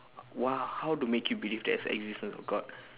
!wah! how to make you believe there is existence of god